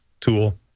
tool